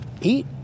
eat